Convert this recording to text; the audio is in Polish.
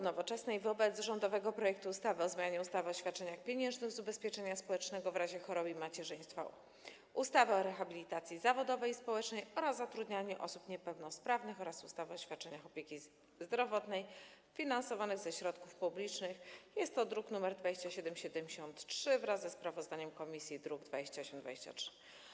Nowoczesna wobec rządowego projektu ustawy o zmianie ustawy o świadczeniach pieniężnych z ubezpieczenia społecznego w razie choroby i macierzyństwa, ustawy o rehabilitacji zawodowej i społecznej oraz zatrudnianiu osób niepełnosprawnych oraz ustawy o świadczeniach opieki zdrowotnej finansowanych ze środków publicznych, druk nr 2773, wraz ze sprawozdaniem komisji, druk nr 2823.